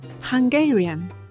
Hungarian